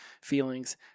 feelings